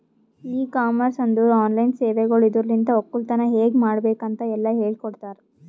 E commerce ಅಂದುರ್ online ಸೇವೆಗೊಳ್ ಇದುರಲಿಂತ್ ಒಕ್ಕಲತನ ಹೇಗ್ ಮಾಡ್ಬೇಕ್ ಅಂತ್ ಎಲ್ಲಾ ಹೇಳಕೊಡ್ತಾರ್